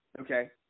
Okay